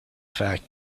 fact